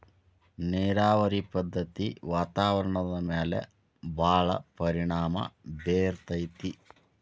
ನೇರಾವರಿ ಪದ್ದತಿ ವಾತಾವರಣದ ಮ್ಯಾಲ ಭಾಳ ಪರಿಣಾಮಾ ಬೇರತತಿ